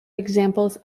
examples